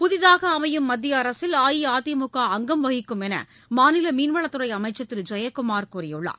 புதிதாக அமையும் மத்திய அரசில் அஇஅதிமுக அங்கம் வகிக்கும் என்று மாநில மீன்வளத்துறை அமைச்சர் திரு ஜெயக்குமார் கூறியுள்ளார்